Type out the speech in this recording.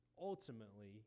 ultimately